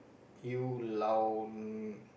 you lao